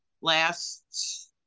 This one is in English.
last